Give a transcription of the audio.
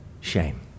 shame